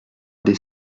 des